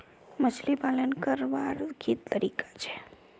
मछली पालन करवार की तरीका छे?